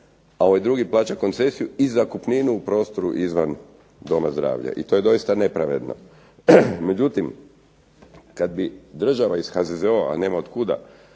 a ovaj drugi plaća koncesiju i zakupninu u prostoru izvan doma zdravlja i to je doista nepravedno. Međutim, kad bi država iz HZZO-a a nema od kuda